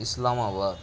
Islamabad